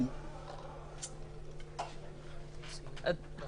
--- השאלה